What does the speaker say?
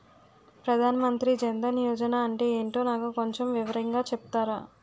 ప్రధాన్ మంత్రి జన్ దన్ యోజన అంటే ఏంటో నాకు కొంచెం వివరంగా చెపుతారా?